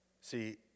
See